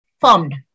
formed